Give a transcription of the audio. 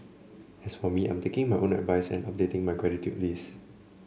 as for me I am taking my own advice and updating my gratitude list